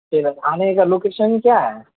آنے کا لوکیشن کیا ہے